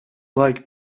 like